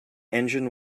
engine